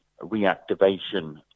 reactivation